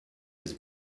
his